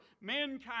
mankind